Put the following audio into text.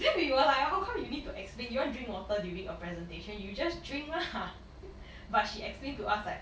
then we were like how come you need to explain you want to drink water during a presentation you just drink lah but she explained to us like